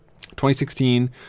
2016